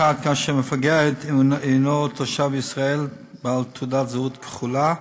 כאשר מפגע הוא תושב ישראל, בעל תעודת זהות כחולה,